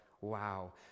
Wow